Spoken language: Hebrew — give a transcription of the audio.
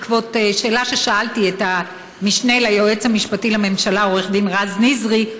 בעקבות שאלה ששאלתי את המשנה ליועץ המשפטי לממשלה עורך דין רז נזרי,